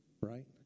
right